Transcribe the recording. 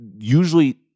usually